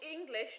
English